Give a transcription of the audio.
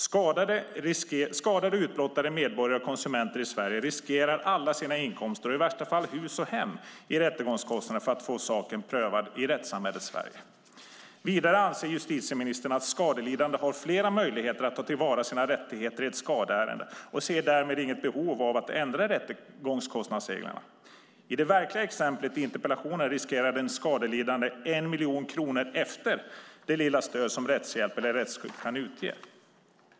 Skadade och utblottade medborgare och konsumenter i Sverige riskerar alla sina inkomster och värsta fall hus och hem i rättegångskostnader för att få saken prövas i rättssamhället Sverige. Vidare anser justitieministern att skadelidande har flera möjligheter att ta till vara sina rättigheter i ett skadeärende och ser därmed inget behov av att ändra rättegångskostnadsreglerna. I det verkliga exemplet i interpellationen riskerar den skadelidande 1 miljon kronor efter det lilla stöd som rättshjälp eller rättsskydd kan utge.